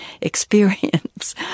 experience